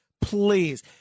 please